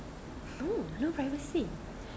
no no privacy